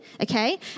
okay